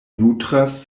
nutras